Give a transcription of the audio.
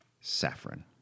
Saffron